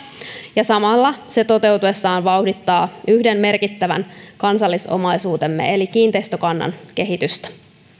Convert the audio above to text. ja samalla se toteutuessaan vauhdittaa yhden merkittävän kansallisomaisuutemme eli kiinteistökannan kehitystä